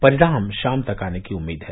परिणाम शाम तक आने की उम्मीद है